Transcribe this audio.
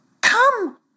Come